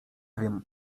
wiem